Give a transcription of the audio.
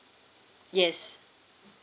yes